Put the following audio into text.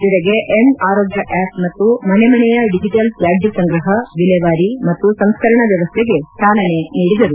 ಜೊತೆಗೆ M Arogya app ಮತ್ತು ಮನೆ ಮನೆಯ ಡಿಜಿಟಲ್ ತ್ಯಾಜ್ಯ ಸಂಗ್ರಹ ವಿಲೇವಾರಿ ಮತ್ತು ಸಂಸ್ಕರಣ ವ್ಲವಸ್ಥೆಗೆ ಚಾಲನೆ ನೀಡಿದರು